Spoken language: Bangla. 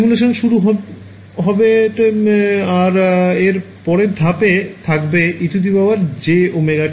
সিমুলেশান শুরু হবে তে আর এর পরের ধাপে থাকবে ejωt